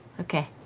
okay.